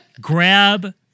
Grab